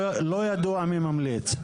לא ידוע מי ממליץ.